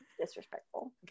Disrespectful